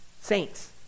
saints